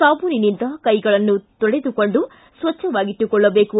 ಸಾಬೂನಿನಿಂದ ಕೈಗಳನ್ನು ತೊಳೆದುಕೊಂಡು ಸ್ವಚ್ಛವಾಗಿಟ್ಟುಕೊಳ್ಳಬೇಕು